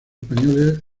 españoles